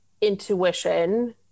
intuition